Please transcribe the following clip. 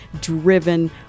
driven